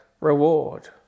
reward